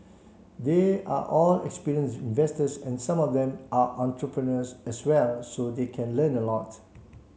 they are all experienced investors and some of them are entrepreneurs as well so they can learn a lot